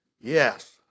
Yes